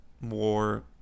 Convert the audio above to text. more